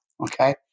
Okay